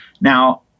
Now